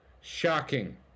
shocking